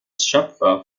schöpfer